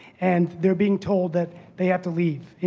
and they're being told that they have to leave.